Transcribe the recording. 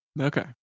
Okay